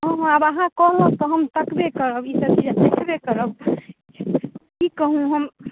हँ हँ आब अहाँ कहलहुॅं तऽ हम कटबे करब ई देखबे करब की कहु हम